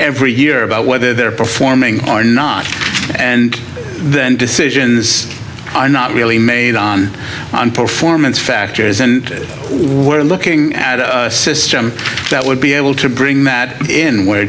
every year about whether they're performing or not and then decisions are not really made on on performance factors and we're looking at a system that would be able to bring matt in where